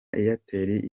airtel